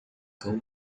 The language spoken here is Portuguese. cão